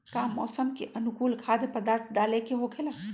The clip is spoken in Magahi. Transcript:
का मौसम के अनुकूल खाद्य पदार्थ डाले के होखेला?